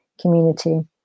community